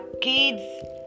kids